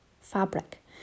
fabric